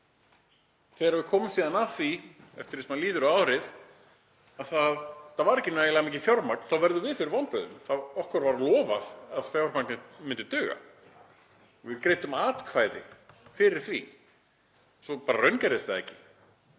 Þegar við komumst síðan að því eftir því sem líður á árið að það var ekki nægilega mikið fjármagn þá verðum við fyrir vonbrigðum. Okkur var lofað að fjármagnið myndi duga. Við greiddum atkvæði með því. Svo raungerðist það ekki,